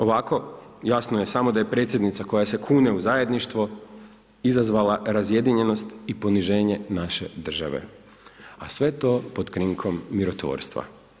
Ovako, jasno je samo da je predsjednica, koja se kune u zajedništvo izazvala razjedinjenost i poniženje naše države, a sve to pod krinkom mirotvorstva.